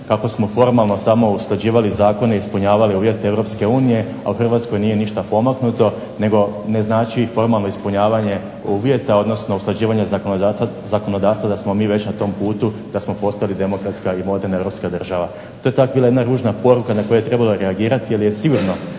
kako smo formalno samo usklađivali zakone i ispunjavali uvjete Europske unije, a u Hrvatskoj nije ništa pomaknuto, nego ne znači formalno ispunjavanje uvjeta, odnosno usklađivanje zakonodavstva da smo mi već na tom putu, da smo postali demokratska ili moderna europska država. To je tak bila jedna ružna poruka na koju je trebalo reagirati, ali je sigurno